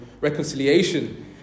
reconciliation